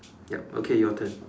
yup okay your turn